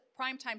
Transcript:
primetime